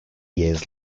years